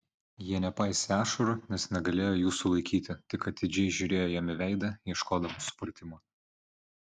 ji nepaisė ašarų nes negalėjo jų sulaikyti tik atidžiai žiūrėjo jam į veidą ieškodama supratimo